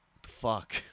fuck